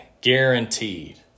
Guaranteed